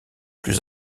plus